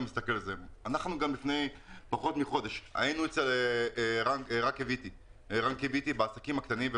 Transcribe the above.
לפני פחות מחודש היינו אצל ערן קיויתי בעסקים הקטנים.